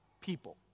people